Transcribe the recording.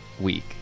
week